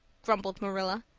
grumbled marilla.